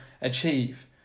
achieve